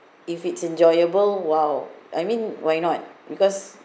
if it's enjoyable while I mean why not because